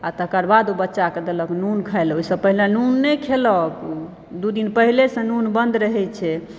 आ तकर बाद ओहि बच्चाकऽ दलक नून खाइलऽ ओहिसँ पहिले नून नहि खेलक दू दिन पहिलेसँ नून बन्द रहैत छै